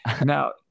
Now